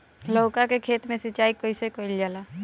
लउका के खेत मे सिचाई कईसे कइल जाला?